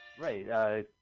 Right